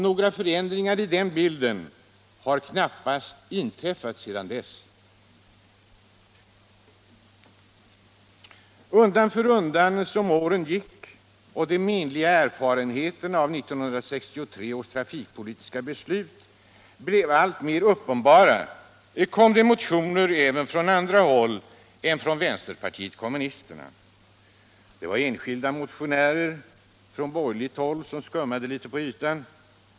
Några förändringar i den bilden har knappast inträffat sedan dess. Undan för undan som åren gick och de menliga erfarenheterna av 1963 års trafikpolitiska beslut blev alltmer uppenbara kom det motioner även från andra håll än från vänsterpartiet kommunisterna. Det var enskilda motionärer från borgerligt håll som skummade problemen litet på ytan.